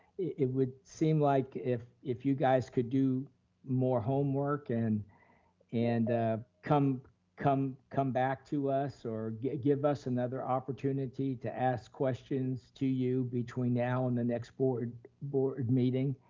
it would seem like if if you guys could do more homework and and come come come back to us or give us another opportunity to ask questions to you, between now and the next board board meeting,